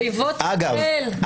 כן, אויבות ישראל...